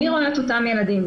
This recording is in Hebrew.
מי רואה את אותם ילדים.